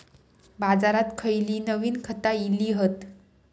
बाजारात खयली नवीन खता इली हत?